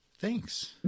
Thanks